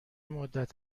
مدت